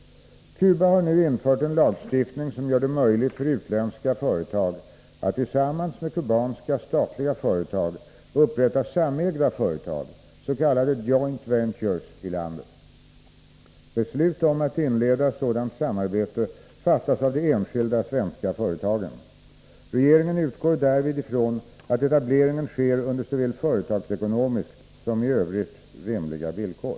Cuba har nu infört en lagstiftning, som gör det möjligt för utländska företag att tillsammans med cubanska statliga företag upprätta samägda företag, s.k. joint ventures i landet. Beslut om att inleda sådant samarbete fattas av de enskilda svenska företagen. Regeringen utgår därvid från att etableringen sker under såväl företagsekonomiskt som i övrigt rimliga villkor.